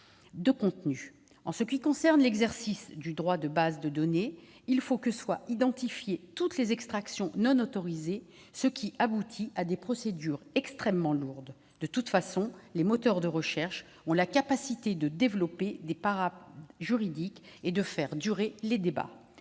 de contenus. En ce qui concerne l'exercice du droit de bases de données, il faut que soient identifiées toutes les extractions non autorisées, ce qui aboutit à des procédures extrêmement lourdes. De toute façon, les moteurs de recherche ont la capacité de développer des parades juridiques et de faire durer les débats.